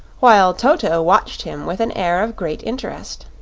while toto watched him with an air of great interest.